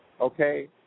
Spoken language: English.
okay